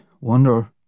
wonder